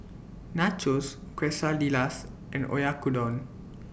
Nachos Quesadillas and Oyakodon